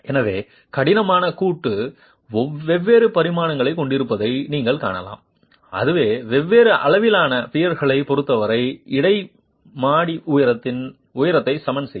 எனவே கடினமான கூட்டு வெவ்வேறு பரிமாணங்களைக் கொண்டிருப்பதை நீங்கள் காணலாம் அதுவே வெவ்வேறு அளவிலான பியர்களைப் பொறுத்தவரை இடை மாடி உயரத்தை சமன் செய்யும்